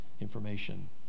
information